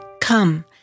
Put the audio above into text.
Come